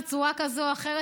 בצורה כזאת או אחרת,